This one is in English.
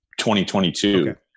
2022